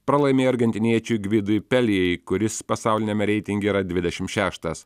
pralaimėjo argentiniečiui gvidui pelijai kuris pasauliniame reitinge yra dvidešim šeštas